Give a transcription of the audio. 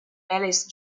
alice